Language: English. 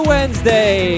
Wednesday